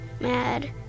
mad